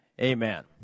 Amen